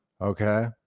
okay